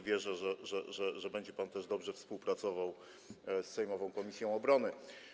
Wierzę, że będzie pan też dobrze współpracował z sejmową komisją obrony.